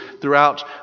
throughout